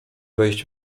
wejść